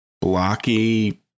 blocky